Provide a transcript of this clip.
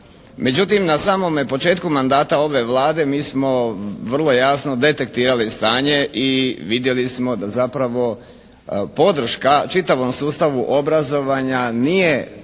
Međutim na samome početku mandata ove Vlade mi smo vrlo jasno detektirali stanje i vidjeli smo da zapravo podrška čitavom sustavu obrazovanja nije